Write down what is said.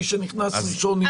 מי שנכנס ראשון, הרוויח.